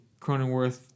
Cronenworth